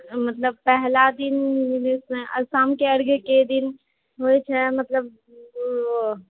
मतलब पहिला दिन शाम के अर्घ्य के दिन होइ छै मतलब